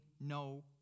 no